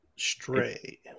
Stray